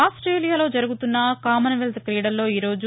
ఆ స్టేలియాలో జరుగుతున్న కామన్వెల్త్ క్రీడల్లో ఈ రోజు